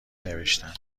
نوشتم